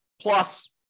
plus